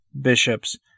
bishops